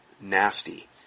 nasty